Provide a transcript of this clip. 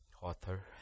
Author